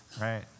right